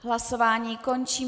Hlasování končím.